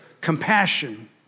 compassion